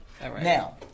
now